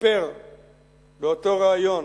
סיפר באותו ריאיון,